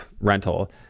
rental